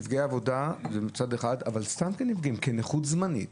כנפגעי עבודה וכנכות זמנית.